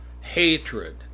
hatred